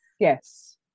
Yes